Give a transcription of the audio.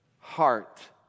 heart